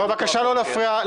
בבקשה לא להפריע .